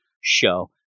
show